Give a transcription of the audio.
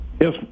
Yes